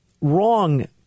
wrong